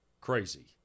crazy